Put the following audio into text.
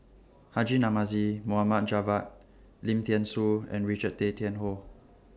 Haji Namazie Mohd Javad Lim Thean Soo and Richard Tay Tian Hoe